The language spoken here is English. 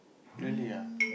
really ah